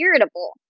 irritable